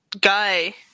guy